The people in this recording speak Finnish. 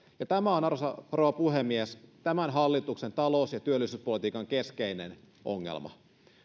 ja tämä on arvoisa rouva puhemies tämän hallituksen talous ja työllisyyspolitiikan keskeinen ongelma